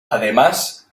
además